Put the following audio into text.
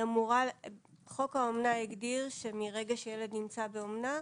חוק האומנה הגדיר מהרגע שילד נמצא באומנה,